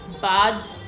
bad